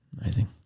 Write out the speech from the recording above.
Amazing